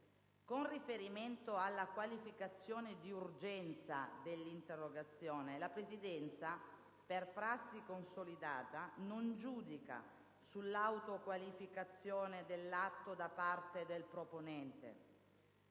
Con riferimento alla qualificazione di urgenza dell'interrogazione, la Presidenza, per prassi consolidata, non giudica sull'autoqualificazione dell'atto da parte del proponente.